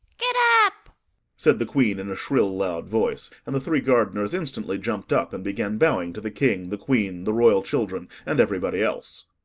get up said the queen, in a shrill, loud voice, and the three gardeners instantly jumped up, and began bowing to the king, the queen, the royal children, and everybody else.